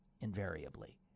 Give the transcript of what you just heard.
invariably